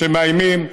שהם מאיימים,